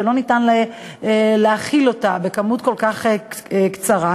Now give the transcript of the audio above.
שאין אפשרות להכיל אותה בזמן כל כך קצר.